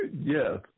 Yes